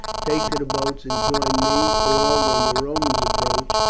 take to the boats and join me or, when the romans approach,